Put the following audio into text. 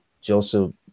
Joseph